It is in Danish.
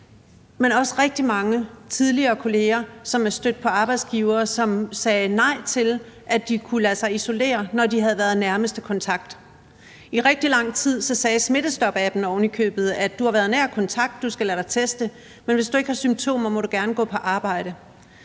er også rigtig mange tidligere kolleger, som er stødt på arbejdsgivere, som sagde nej til, at de kunne lade sig isolere, når de havde været nærmeste kontakt. I rigtig lang tid sagde smittestopappen ovenikøbet: Du har været nær kontakt, du skal lade dig teste, men hvis du ikke har symptomer, må du gerne gå på arbejde.